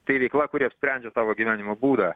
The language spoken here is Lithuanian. tai veikla kuri apsprendžia tavo gyvenimo būdą